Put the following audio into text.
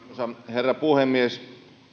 herra puhemies